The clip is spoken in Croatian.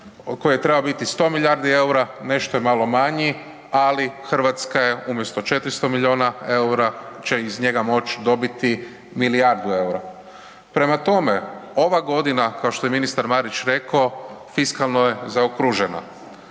koji je trebao biti 100 milijardi eura, nešto je malo manji ali Hrvatska je umjesto 400 milijuna eura će iz njega moć dobiti milijardu eura. Prema tome, ova godina kao što je ministar Marić reko, fiskalno je zaokružena